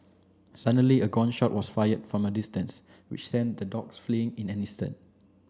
suddenly a gun shot was fired from a distance which sent the dogs fleeing in an instant